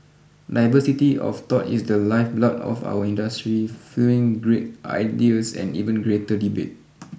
diversity of thought is the lifeblood of our industry fuelling great ideas and even greater debate